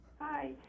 Hi